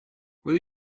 will